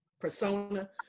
persona